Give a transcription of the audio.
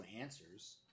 Answers